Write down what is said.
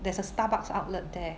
there's a Starbucks outlet there